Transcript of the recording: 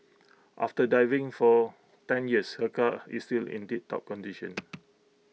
after diving for ten years her car is still in tiptop condition